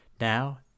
Now